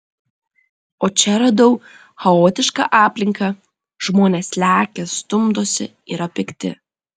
o čia radau chaotišką aplinką žmonės lekia stumdosi yra pikti